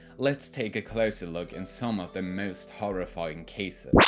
let's take a closer look in some of the most horrifying cases